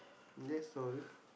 that's all